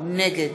נגד